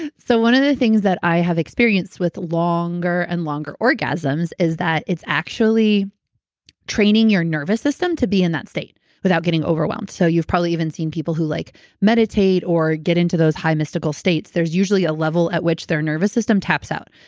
so one of the things that i have experience with longer and longer orgasms that it's actually training your nervous system to be in that state without getting overwhelmed. so you've probably even seen people who like meditate or get into those high mystical states. there's usually a level at which their nervous system taps out.